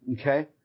Okay